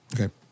Okay